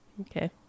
Okay